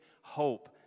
hope